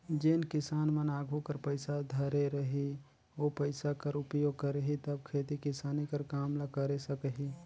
जेन किसान मन आघु कर पइसा धरे रही ओ पइसा कर उपयोग करही तब खेती किसानी कर काम ल करे सकही